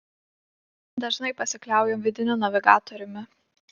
dažnai pasikliauju vidiniu navigatoriumi